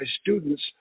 students